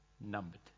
numbered